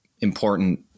important